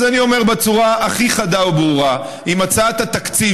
אז אני אומר בצורה הכי חדה וברורה: עם הצעת התקציב